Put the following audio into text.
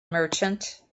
merchant